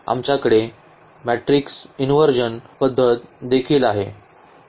आमच्याकडे matrix inversion पद्धत देखील आहे